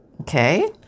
okay